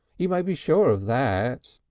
you may be sure of that.